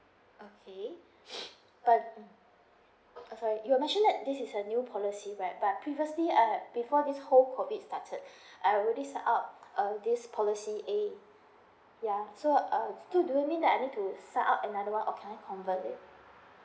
okay but I'm sorry you mentioned that this is a new policy right but previously I have before this whole COVID started I already signed up err this policy A ya so um so do you mean that I need to sign up another one or can I convert it